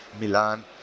Milan